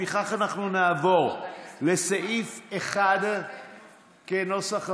לכן נעבור לסעיף 1 כנוסח הוועדה.